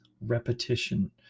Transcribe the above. repetition